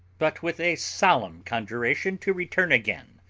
but with a solemn conjuration to return again,